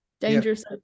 dangerous